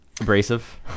Abrasive